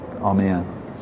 Amen